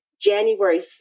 January